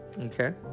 Okay